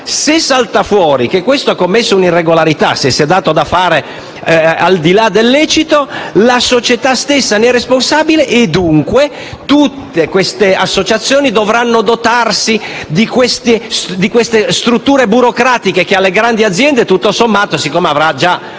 se salta fuori che questi ha commesso una irregolarità e che si è dato da fare al di là del lecito, la società stessa ne è responsabile. Dunque, tutte queste associazioni dovranno dotarsi di queste strutture burocratiche, che alle grandi aziende, siccome hanno già